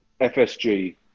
FSG